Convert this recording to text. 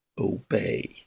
obey